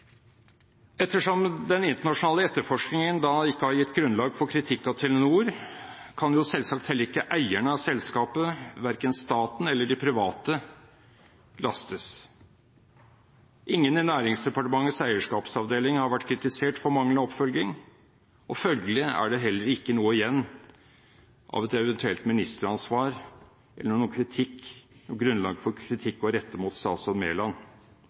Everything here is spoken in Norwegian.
Ettersom den internasjonale etterforskningen ikke har gitt grunnlag for kritikk av Telenor, kan selvsagt heller ikke eierne av selskapet, verken staten eller de private, lastes. Ingen i Næringsdepartementets eierskapsavdeling har blitt kritisert for manglende oppfølging, og følgelig er det heller ikke noe igjen av et eventuelt ministeransvar eller noe grunnlag for å rette kritikk mot statsråd Mæland.